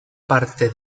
parte